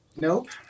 Nope